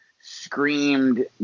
screamed